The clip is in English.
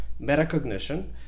metacognition